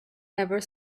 never